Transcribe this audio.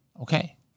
okay